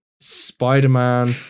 Spider-Man